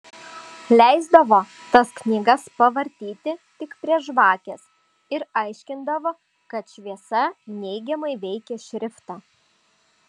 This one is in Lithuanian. leisdavo tas knygas pavartyti tik prie žvakės ir aiškindavo kad šviesa neigiamai veikia šriftą